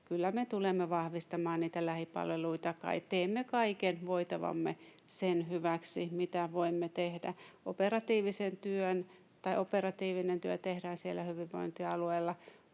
Kyllä me tulemme vahvistamaan niitä lähipalveluita tai teemme kaiken voitavamme sen hyväksi, kaiken, mitä voimme tehdä. Operatiivinen työ tehdään siellä hyvinvointialueilla,